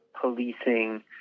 Policing